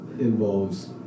involves